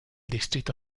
distrito